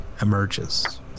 emerges